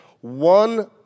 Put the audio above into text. one